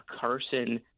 Carson